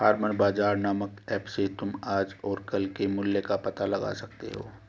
farmer बाजार नामक app से तुम आज और कल के मूल्य का पता लगा सकते हो